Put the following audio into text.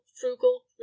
frugal